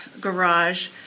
garage